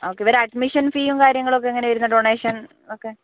okay ഇവരെ admission ഫീയും കാര്യങ്ങൾ ഒക്കെ എങ്ങനെയാണ് വരുന്നത് ഡൊണേഷൻ ഒക്കെ